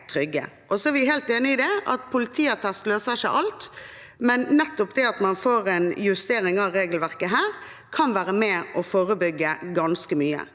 Vi er helt enige i at politiattest ikke løser alt, men det at man får en justering av regelverket, kan være med på å forebygge ganske mye.